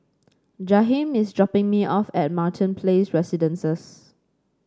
Jaheim is dropping me off at Martin Place Residences